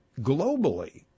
globally